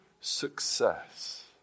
success